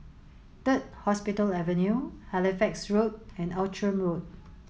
Third Hospital Avenue Halifax Road and Outram Road